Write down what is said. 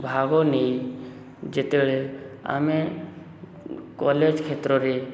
ଭାଗ ନେଇ ଯେତେବେଳେ ଆମେ କଲେଜ କ୍ଷେତ୍ରରେ